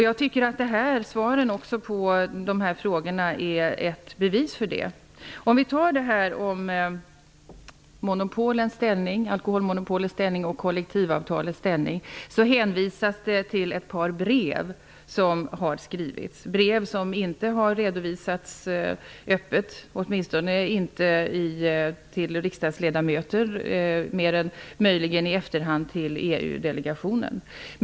Jag tycker också att svaren på frågorna är ett bevis för det. Låt oss se på frågorna om alkoholmonopolens och kollektivavtalens ställning. Det hänvisas till ett par brev. Det är brev som inte har redovisats öppet, åtminstone inte till riksdagens ledamöter -- mer än möjligen i efterhand till EU-delegationen.